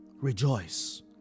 Rejoice